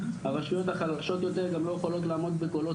הרשויות החלשות יותר גם לא יכולות לעמוד בקולות